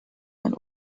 and